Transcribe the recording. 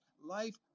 Life